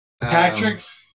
Patrick's